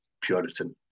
Puritan